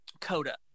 coda